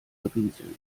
berieseln